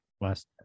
last